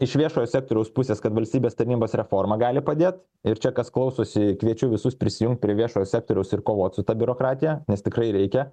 iš viešojo sektoriaus pusės kad valstybės tarnybos reforma gali padėt ir čia kas klausosi kviečiu visus prisijungt prie viešo sektoriaus ir kovot su ta biurokratija nes tikrai reikia